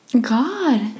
God